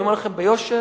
אני אומר לכם ביושר,